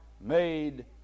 made